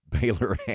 Baylor